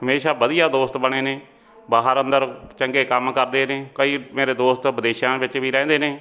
ਹਮੇਸ਼ਾ ਵਧੀਆ ਦੋਸਤ ਬਣੇ ਨੇ ਬਾਹਰ ਅੰਦਰ ਚੰਗੇ ਕੰਮ ਕਰਦੇ ਨੇ ਕਈ ਮੇਰੇ ਦੋਸਤ ਵਿਦੇਸ਼ਾਂ ਵਿੱਚ ਵੀ ਰਹਿੰਦੇ ਨੇ